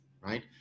right